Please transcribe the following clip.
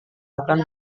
akan